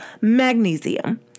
magnesium